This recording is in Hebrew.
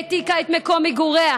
העתיקה את מקום מגוריה,